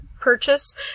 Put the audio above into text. purchase